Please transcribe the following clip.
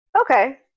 Okay